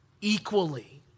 equally